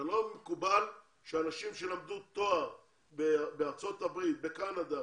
לא מקובל שאנשים שלמדו תואר בארצות הברית, בקנדה,